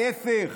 ההפך,